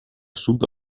sud